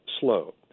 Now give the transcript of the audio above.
slow